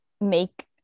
make